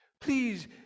please